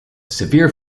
severe